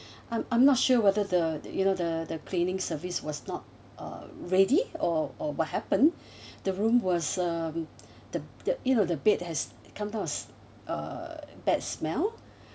I'm~ I'm not sure whether the you know the the cleaning service was not uh ready or or what happened the room was um the the you know the bed has come out uh bad smell